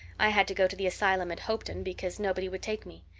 i had to go to the asylum at hopeton, because nobody would take me.